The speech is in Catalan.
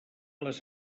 les